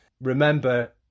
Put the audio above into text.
Remember